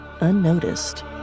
unnoticed